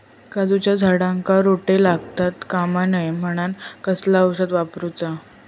काजूच्या झाडांका रोटो लागता कमा नये म्हनान कसला औषध वापरूचा?